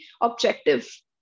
objective